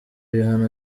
bihano